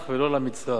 כי אותו מצרך,